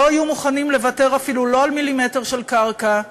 לא יהיו מוכנים לוותר אפילו לא על מילימטר של קרקע,